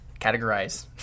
categorize